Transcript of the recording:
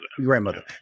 grandmother